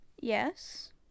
Yes